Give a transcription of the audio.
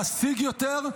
להשיג יותר,